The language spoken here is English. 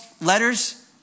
letters